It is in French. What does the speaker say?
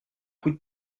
coup